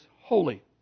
holy